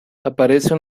aparece